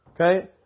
Okay